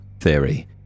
Theory